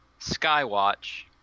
Skywatch